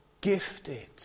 Gifted